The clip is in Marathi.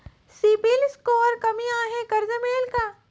सिबिल स्कोअर कमी आहे कर्ज मिळेल का?